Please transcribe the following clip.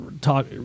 talk